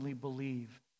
believe